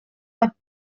here